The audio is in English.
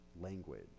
language